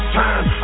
time